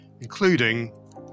including